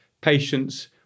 patients